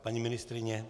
Paní ministryně?